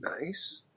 Nice